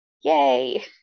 yay